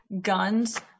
guns